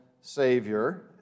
Savior